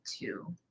two